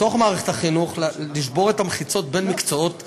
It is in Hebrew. בתוך מערכת החינוך לשבור את המחיצות בין מקצועות שונים.